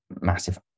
massive